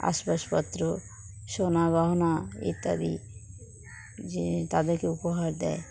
আসবাবপত্র সোনা গহনা ইত্যাদি যে তাদেরকে উপহার দেয়